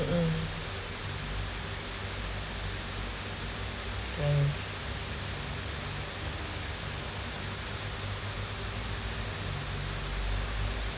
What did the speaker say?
mm yes